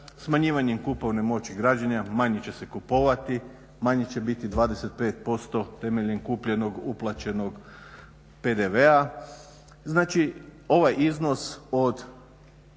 Smanjivanjem kupovne moći građana manje će se kupovati, manje će biti 25% temeljem kupljenog uplaćenog PDV-a,